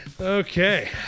Okay